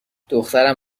دخترم